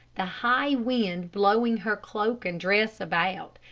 the high wind blowing her cloak and dress about,